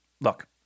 look